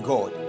God